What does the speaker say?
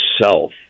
self